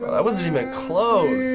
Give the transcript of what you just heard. that wasn't even close.